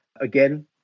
Again